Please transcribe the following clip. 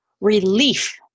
relief